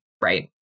right